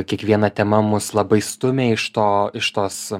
kiekviena tema mus labai stumia iš to iš tos